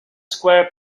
square